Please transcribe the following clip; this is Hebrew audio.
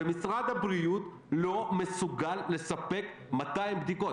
ומשרד הבריאות לא מסוגל לספק 200 בדיקות.